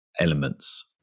elements